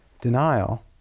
denial